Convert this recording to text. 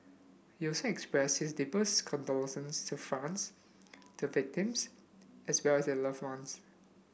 he also expressed his deepest condolences to France the victims as well as their loved ones